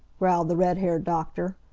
growled the red-haired doctor.